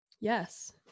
Yes